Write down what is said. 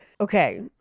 Okay